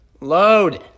Load